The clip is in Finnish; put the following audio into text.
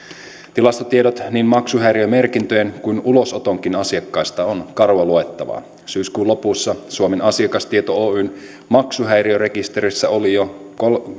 tilastotiedot niin maksuhäiriömerkintöjen kuin ulosotonkin asiakkaista ovat karua luettavaa syyskuun lopussa suomen asiakastieto oyn maksuhäiriörekisterissä oli jo